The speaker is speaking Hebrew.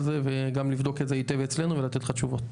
זה וגם לבדוק את זה היטב אצלנו ולתת לך תשובות.